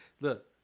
look